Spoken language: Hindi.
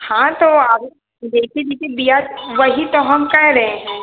हाँ तो आगे जइसे जैसे ब्याज वही तो हम कह रहे हैं